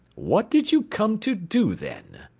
what did you come to do, then?